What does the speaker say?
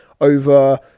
over